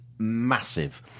massive